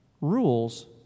rules